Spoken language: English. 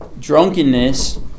drunkenness